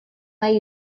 nahi